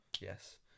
yes